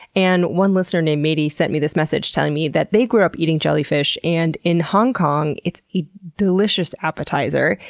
and one listener named mady sent me this message telling me that they grew up eating jellyfish and, in hong kong, it's a delicious appetizer.